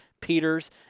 Peters